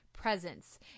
presence